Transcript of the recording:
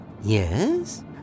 Yes